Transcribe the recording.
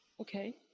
Okay